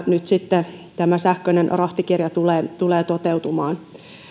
nyt sitten tämä sähköinen rahtikirja tulee tulee toteutumaan